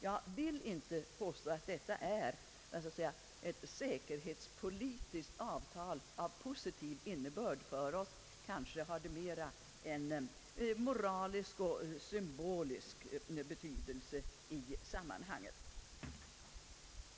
Jag vill inte påstå att detta är ett säkerhetspolitiskt avtal av positiv innebörd för oss. Det har mer en moralisk och symbolisk betydelse i sammanhanget.